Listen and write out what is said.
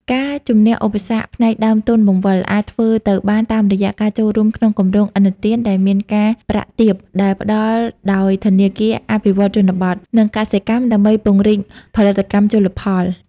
ការជម្នះឧបសគ្គផ្នែកដើមទុនបង្វិល អាចធ្វើទៅបានតាមរយៈការចូលរួមក្នុងគម្រោងឥណទានដែលមានការប្រាក់ទាបដែលផ្ដល់ដោយធនាគារអភិវឌ្ឍន៍ជនបទ និងកសិកម្ម ដើម្បីពង្រីកផលិតកម្មជលផល។